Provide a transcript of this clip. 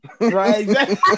Right